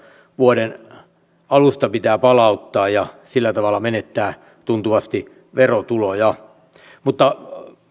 vuoden kaksituhattaseitsemäntoista alusta pitää palauttaa ja sillä tavalla menettää tuntuvasti verotuloja mutta